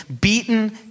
beaten